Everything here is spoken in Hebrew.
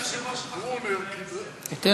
מי בעד?